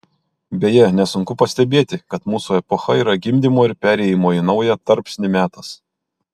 beje nesunku pastebėti kad mūsų epocha yra gimdymo ir perėjimo į naują tarpsnį metas